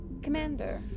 Commander